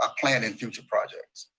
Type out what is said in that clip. ah planned in future projects.